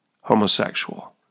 homosexual